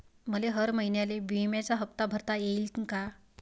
मले हर महिन्याले बिम्याचा हप्ता भरता येईन का?